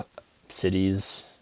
cities